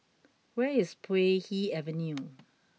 where is Puay Hee Avenue